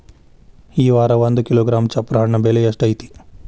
ಈ ವಾರ ಒಂದು ಕಿಲೋಗ್ರಾಂ ಚಪ್ರ ಹಣ್ಣ ಬೆಲೆ ಎಷ್ಟು ಐತಿ?